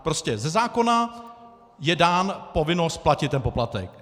Prostě ze zákona je dána povinnost platit ten poplatek.